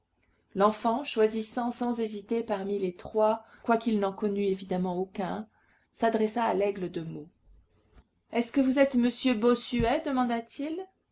l'enfant choisissant sans hésiter parmi les trois quoiqu'il n'en connût évidemment aucun s'adressa à laigle de meaux est-ce que vous êtes monsieur bossuet demanda-t-il